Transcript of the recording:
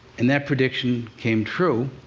and that prediction came true.